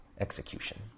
execution